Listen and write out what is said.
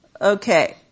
Okay